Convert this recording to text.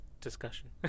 discussion